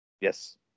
Yes